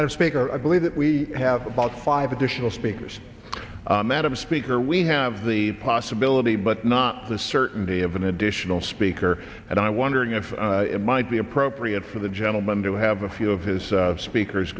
and a speaker i believe that we have about five additional speakers madam speaker we have the possibility but not the certainty of an additional speaker and i'm wondering if it might be appropriate for the gentleman to have a few of his speakers